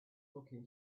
looking